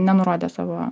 nenurodė savo